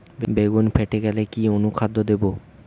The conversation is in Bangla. বেগুন ফেটে গেলে কি অনুখাদ্য দেবো?